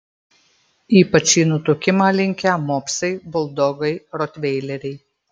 ypač į nutukimą linkę mopsai buldogai rotveileriai